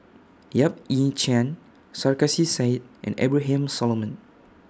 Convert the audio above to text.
Yap Ee Chian Sarkasi Said and Abraham Solomon